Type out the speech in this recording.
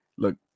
Look